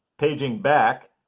paging back